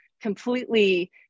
completely